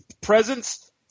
presence